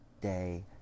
day